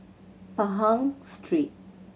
Pahang Street